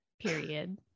Period